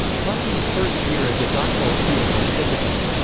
hawking's first year as a doctoral student was difficult.